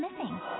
missing